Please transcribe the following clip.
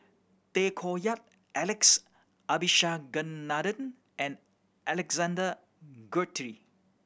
Tay Koh Yat Alex Abisheganaden and Alexander Guthrie